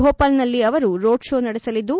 ಭೋಪಾಲ್ನಲ್ಲಿ ಅವರು road show ನಡೆಸಲಿದ್ದು